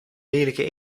lelijke